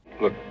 Look